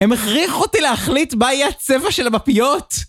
הם הכריחו אותי להחליט מה יהיה הצבע של המפיות?